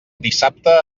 dissabte